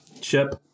Chip